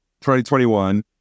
2021